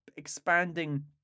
expanding